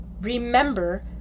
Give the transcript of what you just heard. remember